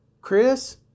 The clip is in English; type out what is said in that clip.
Chris